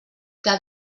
que